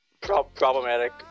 problematic